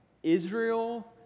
Israel